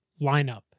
lineup